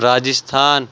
Rajasthan